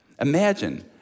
Imagine